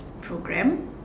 program